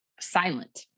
silent